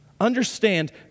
Understand